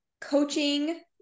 coaching